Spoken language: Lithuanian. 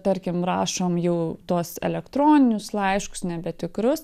tarkim rašom jau tuos elektroninius laiškus nebetikrus